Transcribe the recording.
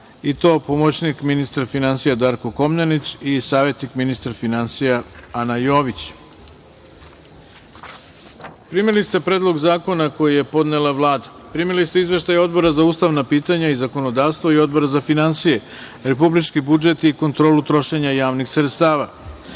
i to: pomoćnik ministra finansija – Darko Komnenić i savetnik ministra finansija – Ana Jović. Primili ste Predlog zakona koji je podnela Vlada. Primili ste Izveštaj Odbora za ustavna pitanja i zakonodavstvo i Odbora za finansije, republički budžet i kontrolu trošenja javnih sredstava. Pre